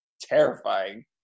terrifying